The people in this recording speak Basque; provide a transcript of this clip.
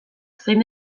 zein